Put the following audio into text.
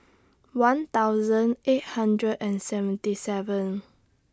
one thousand eight hundred and seventy seven